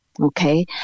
Okay